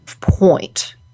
point